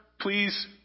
Please